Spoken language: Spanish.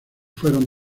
fueron